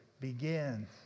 begins